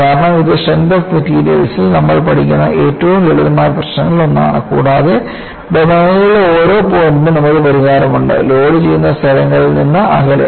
കാരണം ഇത് strength of മെറ്റീരിയൽസ്ൽ നമ്മൾ പഠിക്കുന്ന ഏറ്റവും ലളിതമായ പ്രശ്നങ്ങളിൽ ഒന്നാണ് കൂടാതെ ഡൊമെയ്നിലെ ഓരോ പോയിന്റിനും നമുക്ക് പരിഹാരമുണ്ട് ലോഡുചെയ്യുന്ന സ്ഥലങ്ങളിൽ നിന്ന് അകലെ